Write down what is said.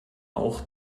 auch